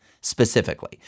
specifically